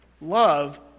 Love